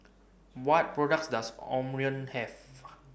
What products Does Omron Have